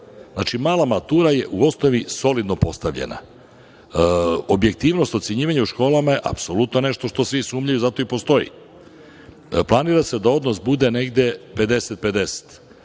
Znači, mala matura je u osnovi solidno postavljena. Objektivnost ocenjivanja u školama je apsolutno nešto što svi sumnjaju, zato i postoji. Planira se da odnos bude negde 50:50,